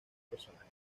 personajes